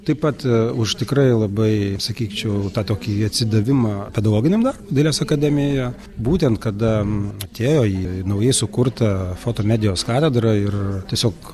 taip pat už tikrai labai sakyčiau tokį atsidavimą pedagoginiam darbui dailės akademijoje būtent kada atėjo į naujai sukurtą fotomedijos katedrą ir tiesiog